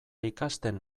ikasten